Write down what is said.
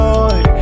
Lord